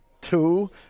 two